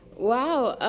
wow,